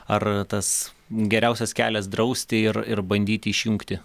ar tas geriausias kelias drausti ir ir bandyti išjungti